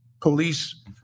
Police